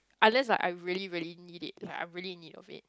unless like I really really need it like I really need of it